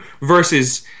Versus